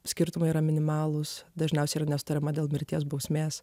skirtumai yra minimalūs dažniausiai yra nesutariama dėl mirties bausmės